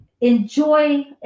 enjoy